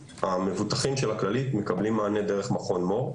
מבוטחי הכללית מקבלים היום מענה דרך מכון מור,